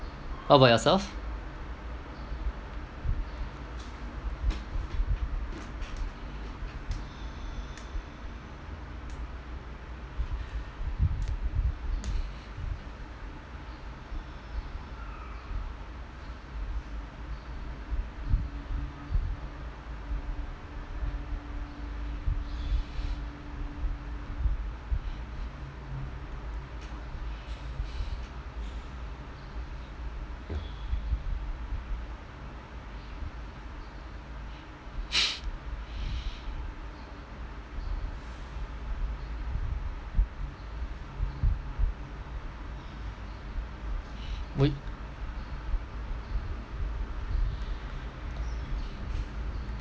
how about yourself would